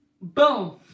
Boom